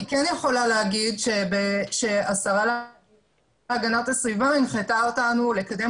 אני כן יכו לה לומר שהשרה להגנת הסביבה הנחתה אותנו לקדם